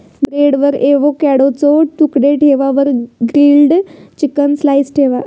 ब्रेडवर एवोकॅडोचे तुकडे ठेवा वर ग्रील्ड चिकन स्लाइस ठेवा